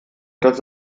dass